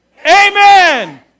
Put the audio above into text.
Amen